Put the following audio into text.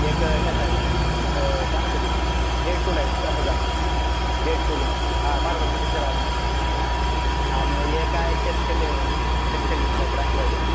एक ह्याचा आहे काय म्हणतं ते डेड पूल आहे त्या ह्याचा डेड पूल आहे हां मार्बोलचा पिच्चर आला आहे आणि एक आहे खेल खेले खेल खेल मे काहीतरी असला एक आहे